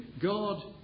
God